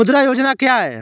मुद्रा योजना क्या है?